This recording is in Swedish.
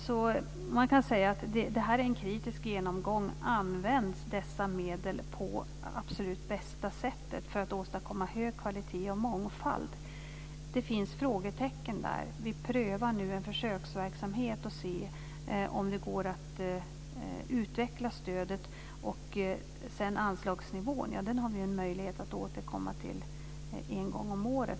Man kan alltså säga att detta är en kritisk genomgång. Används dessa medel på absolut bästa sätt för att åstadkomma hög kvalitet och mångfald? Det finns frågetecken där. Vi prövar nu en försöksverksamhet och ser om det går att utveckla stödet. Anslagsnivån har vi en möjlighet att återkomma till en gång om året.